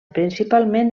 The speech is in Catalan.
principalment